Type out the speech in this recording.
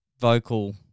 vocal